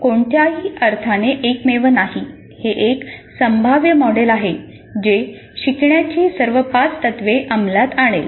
हे कोणत्याही अर्थाने एकमेव नाही हे एक संभाव्य मॉडेल आहे जे शिकण्याची सर्व पाच तत्त्वे अंमलात आणेल